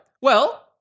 well-